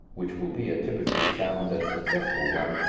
which will be a typically sound and successful one,